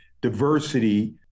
diversity